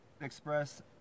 express